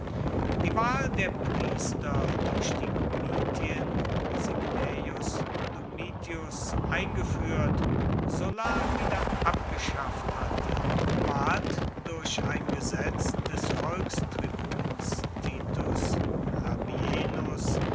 die wahl der priester durch die komitien wie sie gnaeus domitius eingeführt sulla wieder abgeschafft hatte ward durch ein gesetz des volkstribuns titus labienus